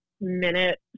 minute